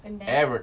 and then